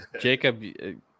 Jacob